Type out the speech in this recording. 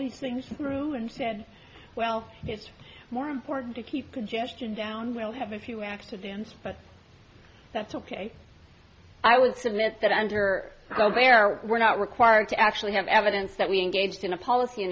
these things through and said well it's more important to keep the gesture down we'll have a few active dems but that's ok i would submit that under so there were not required to actually have evidence that we engaged in a policy